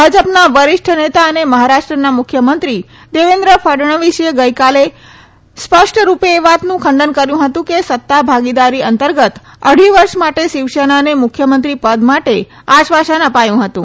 ભાજપના વરિષ્ઠ નેતા અને મહારાષ્ટ્રના મુખ્યમંત્રી દેવેન્દ્ર ફડણવીસે ગઇકાલે સ્પષ્ટરૂપે એ વાતનું ખંડન કર્યું હતું કે સત્તા ભાગીદારી અંતર્ગત અઢી વર્ષ માટે શીવસેનાને મુખ્યમંત્રી પદ માટે આશ્વાસન અપાયું હતું